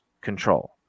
control